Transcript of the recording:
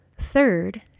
Third